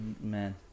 Man